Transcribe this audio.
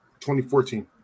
2014